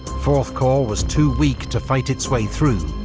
fourth corps was too weak to fight its way through,